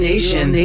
Nation